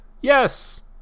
yes